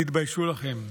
תתביישו לכם.